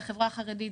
על החברה הערבית.